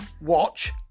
watch